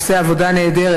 עושה עבודה נהדרת,